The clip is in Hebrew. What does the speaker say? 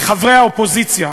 וחברי האופוזיציה,